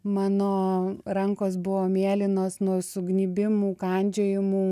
mano rankos buvo mėlynos nuo sugnybimų kandžiojimų